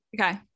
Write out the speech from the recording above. Okay